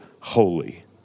holy